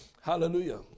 Hallelujah